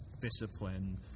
discipline